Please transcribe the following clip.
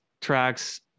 tracks